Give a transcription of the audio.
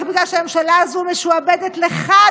רק בגלל שהממשלה הזאת משועבדת לך,